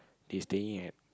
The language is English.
they staying at